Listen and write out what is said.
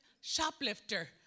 shoplifter